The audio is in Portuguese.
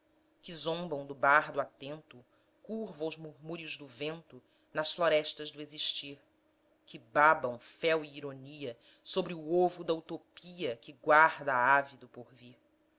que zombam do bardo atento curvo aos murmúrios do vento nas florestas do existir que babam fel e ironia sobre o ovo da utopia que guarda a ave do porvir